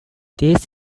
this